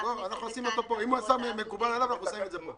אם זה מקובל על השר, אנחנו עושים את זה פה.